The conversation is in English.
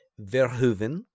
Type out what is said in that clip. Verhoeven